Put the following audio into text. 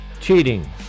cheating